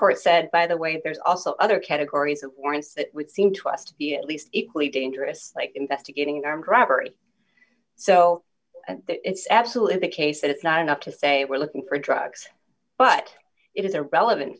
court said by the way there's also other categories of warrants that would seem to us to be at least equally dangerous like investigating armed robbery so it's absolutely the case that it's not enough to say we're looking for drugs but it is a relevant